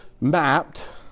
mapped